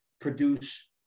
produce